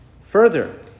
Further